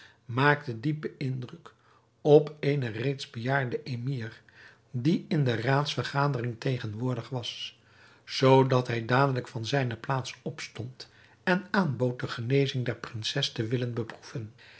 maakte diepen indruk op eenen reeds bejaarden emir die in de raadsvergadering tegenwoordig was zoodat hij dadelijk van zijne plaats opstond en aanbood de genezing der prinses te willen beproeven